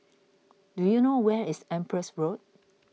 do you know where is Empress Road